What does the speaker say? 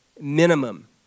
minimum